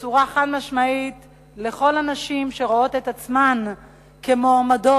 בצורה חד-משמעית לכל הנשים שרואות את עצמן מועמדות